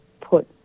put